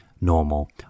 normal